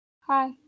Hi